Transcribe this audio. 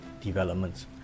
developments